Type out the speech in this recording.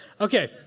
Okay